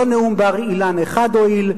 לא נאום בר אילן 1 הועיל,